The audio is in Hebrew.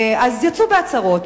אז יצאו בהצהרות.